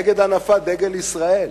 נגד הנפת דגל ישראל.